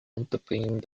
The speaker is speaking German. unterbringung